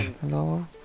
Hello